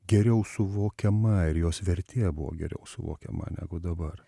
geriau suvokiama ir jos vertė buvo geriau suvokiama negu dabar